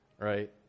right